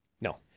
No